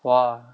!wah!